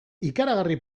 ikaragarri